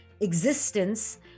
existence